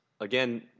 again